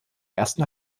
ersten